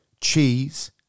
cheese